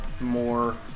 more